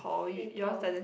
hey Paul